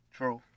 True